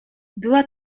była